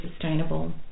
sustainable